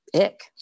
ick